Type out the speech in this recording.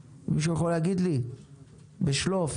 מישהו יכול להגיד לי בכמה אחוזים עלו המחירים בשנים האלה?